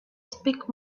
speak